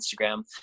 instagram